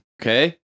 Okay